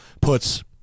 puts